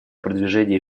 продвижения